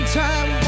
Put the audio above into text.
time